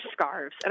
scarves